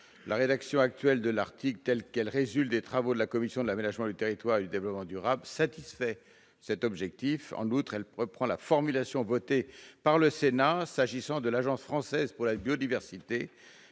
La rédaction actuelle de l'article, telle qu'elle résulte des travaux de la commission de l'aménagement du territoire et du développement durable, satisfait cet objectif. En outre, elle reprend la formulation votée par le Sénat lors de la création de l'Agence française pour la biodiversité.